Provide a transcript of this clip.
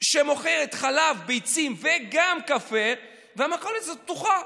שמוכרת חלב, ביצים, וגם קפה, והמכולת הזאת פתוחה.